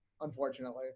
unfortunately